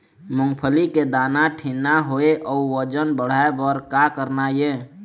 मूंगफली के दाना ठीन्ना होय अउ वजन बढ़ाय बर का करना ये?